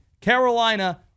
Carolina